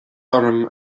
orm